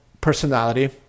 personality